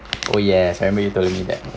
oh yes henry told me that